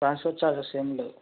transport charges ఏమి లేవు